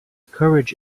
courage